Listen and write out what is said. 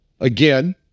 again